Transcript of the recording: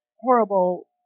horrible